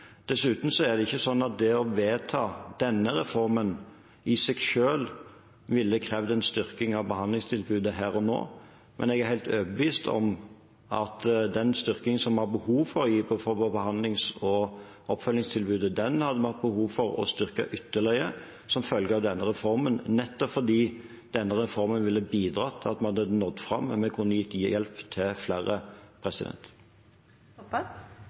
Dessuten er det ikke sånn at det å vedta denne reformen i seg selv ville krevd en styrking av behandlingstilbudet her og nå, men jeg er helt overbevist om at den styrkingen som det var behov for å gi på behandlings- og oppfølgingstilbudet, hadde man hatt behov for å øke ytterligere som følge av denne reformen, nettopp fordi denne reformen ville bidratt til at man hadde nådd fram og vi kunne gitt hjelp til flere.